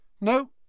No